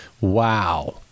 Wow